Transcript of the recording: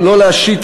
ההסתייגות